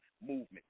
movement